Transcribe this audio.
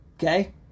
Okay